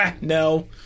no